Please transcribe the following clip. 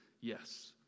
yes